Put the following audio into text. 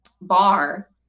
bar